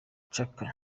chaka